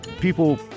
people